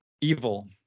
evil